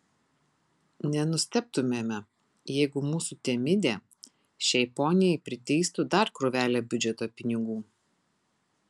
nenustebtumėme jeigu mūsų temidė šiai poniai priteistų dar krūvelę biudžeto pinigų